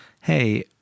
Hey